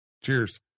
Cheers